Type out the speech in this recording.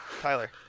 Tyler